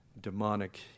demonic